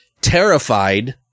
Terrified